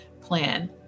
plan